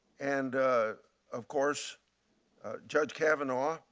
and of course judge kavanaugh,